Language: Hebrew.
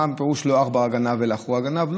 מה הפירוש של לא עכברא גנב אלא חורא גנב?